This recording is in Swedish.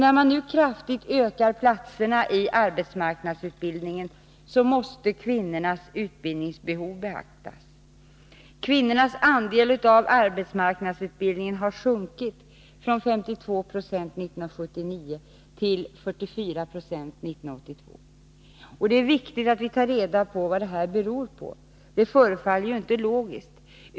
När man nu kraftigt ökar platserna i arbetsmarknadsutbildningen, måste kvinnornas utbildningsbehov beaktas. Kvinnornas andel av arbetsmarknadsutbildningen har sjunkit från 52 96 1979 till 44 96 1982! Det är viktigt att vi tar reda på vad detta beror på. Det förefaller inte logiskt.